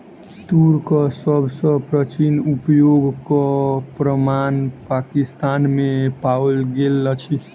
तूरक सभ सॅ प्राचीन उपयोगक प्रमाण पाकिस्तान में पाओल गेल अछि